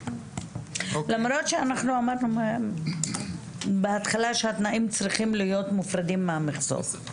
למרות שאנחנו אמרנו בהתחלה שהתנאים צריכים להיות מופרדים מהמכסות.